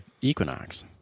Equinox